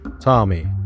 Tommy